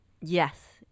Yes